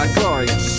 glorious